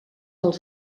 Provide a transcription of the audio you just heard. als